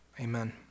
Amen